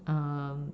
uh